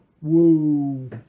Woo